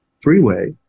freeway